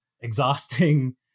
exhausting